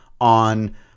on